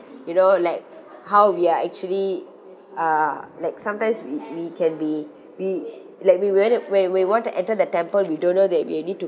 you know like how we are actually uh like sometimes we we can be we like we when when we want to enter the temple we we don't know that we need to